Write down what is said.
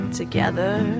together